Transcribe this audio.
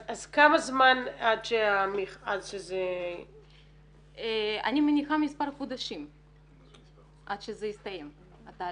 אז כמה זמן עד שזה -- אני מניחה שמספר חודשים עד שהתהליך יסתיים.